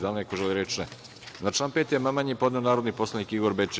Da li neko želi reč? (Ne.) Na član 5. amandman je podneo narodni poslanik Igor Bečić.